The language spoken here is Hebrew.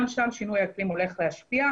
גם שם שינוי האקלים הולך להשפיע.